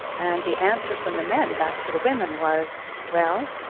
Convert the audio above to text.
and the answer from the men back to the women was, well,